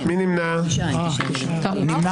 21,481 עד 21,500. מי בעד?